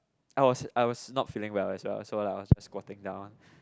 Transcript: I was I was not feeling well as well so like I was squatting down